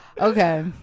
okay